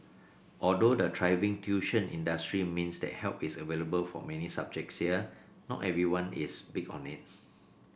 although the thriving tuition industry means that help is available for many subjects here not everyone is big on it